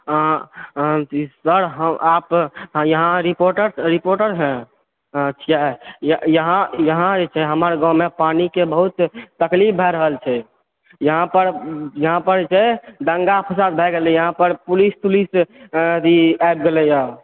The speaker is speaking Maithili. इस बार आप यहाँ रिपोर्टर रिपोर्टर हैं क्या यहाँ जे छे हमर गांवमे पानिके बहुत तकलीफ भऽ रहल छै यहाँ पर यहाँ पर जे छे दंगा फसाद भऽ गेलै हे यहाँ पर पुलिस तुलिस भी आबि गेलै हे